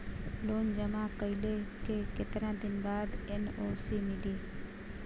Loan जमा कइले के कितना दिन बाद एन.ओ.सी मिली?